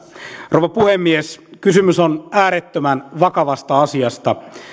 rouva puhemies kysymys on äärettömän vakavasta asiasta